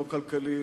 לא כלכלי,